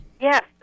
Yes